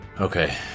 okay